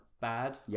bad